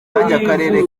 akarere